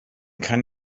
kann